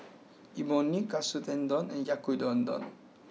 Imoni Katsu Tendon and Yaki udon